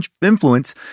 influence